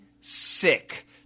sick